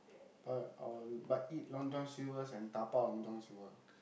but our but eat Long-John-Silvers and dabao Long-John-Silvers ah